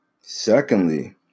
secondly